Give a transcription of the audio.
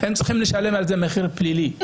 הם צריכים לשלם על זה מחיר פלילי.